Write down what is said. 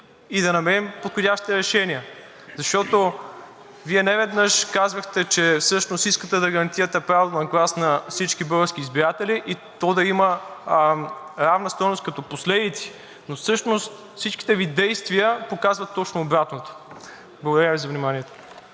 и да намерим подходящите решения. Защото Вие неведнъж казвахте, че искате да гарантирате правото на глас на всички български избиратели и то да има равна стойност като последици, но всъщност всичките Ви действия показват точно обратното. Благодаря Ви за вниманието.